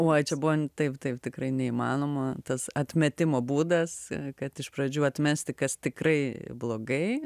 uoi čia buvo taip taip tikrai neįmanoma tas atmetimo būdas kad iš pradžių atmesti kas tikrai blogai